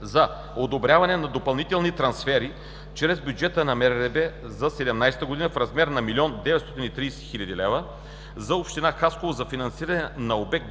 за одобряване на допълнителни трансфери чрез бюджета на МРРБ за 2017 г. в размер на 1 930 000 лева за община Хасково за финансиране на обект